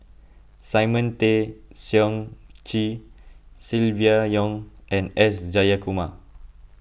Simon Tay Seong Chee Silvia Yong and S Jayakumar